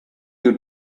you